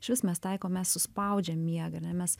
išvis mes taikom mes suspaudžiam miegą ar ne mes